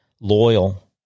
loyal